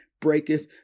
breaketh